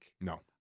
No